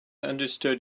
understood